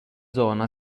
zona